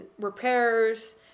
repairs